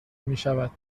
میشود